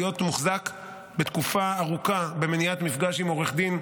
להיות מוחזק תקופה ארוכה במניעת מפגש עם עורך דין,